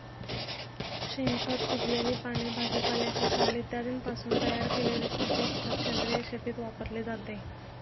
शेणखत, कुजलेली पाने, भाजीपाल्याची साल इत्यादींपासून तयार केलेले कंपोस्ट खत सेंद्रिय शेतीत वापरले जाते